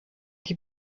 die